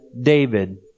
David